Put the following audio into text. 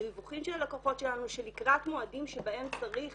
מדיווחים של הלקוחות שלנו שלקראת מועדים שבהם צריך